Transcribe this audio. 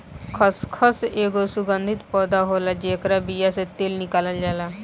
खसखस एगो सुगंधित पौधा होला जेकरी बिया से तेल निकालल जाला